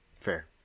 fair